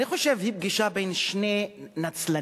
אני חושב שהיא פגישה בין שני נצלנים.